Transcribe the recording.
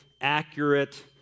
accurate